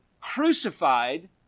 crucified